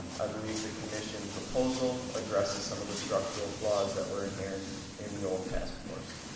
i believe the commission proposal addresses some of the structural flaws that were inherent in the old task force.